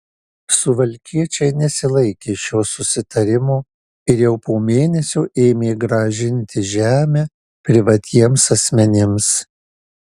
suvalkiečiai nesilaikė šio susitarimo ir jau po mėnesio ėmė grąžinti žemę privatiems asmenims